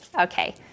Okay